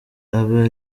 abe